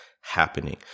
happening